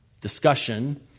discussion